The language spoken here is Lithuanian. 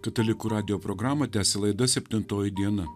katalikų radijo programą tęsia laida septintoji diena